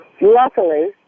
Luckily